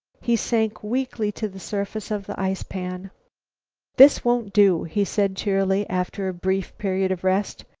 he sank weakly to the surface of the ice-pan. this won't do, he said cheerily, after a brief period of rest.